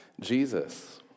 Jesus